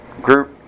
Group